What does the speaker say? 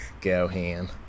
Gohan